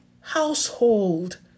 household